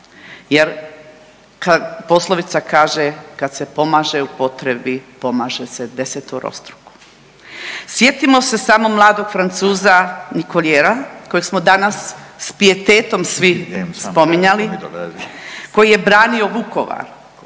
jer poslovica kaže, kad se pomaže u potrebi pomaže se desetorostruko. Sjetimo se samo mladog Francuza Nicoliera kojeg smo danas s pijetetom svi spominjali, koji je branio Vukovar.